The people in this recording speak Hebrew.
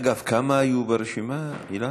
אגב, כמה היו ברשימה, אילן?